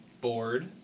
board